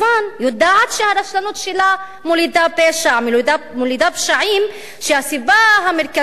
יודעת שהרשלנות שלה מולידה פשעים שהסיבה המרכזית